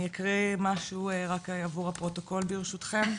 אני אקריא משהו, רק עבור הפרוטוקול ברשותכם: